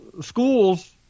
schools